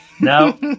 No